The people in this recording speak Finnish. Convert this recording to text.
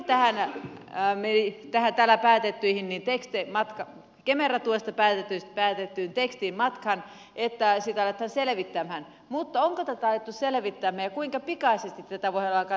tähän häämei dähtävä päätettiinkin tekstein matka kemera tuesta päätettyyn tekstiin tuli matkaan että sitä aletaan selvittämään mutta onko tätä alettu selvittämään ja kuinka pikaisesti tätä voidaan alkaa työstämään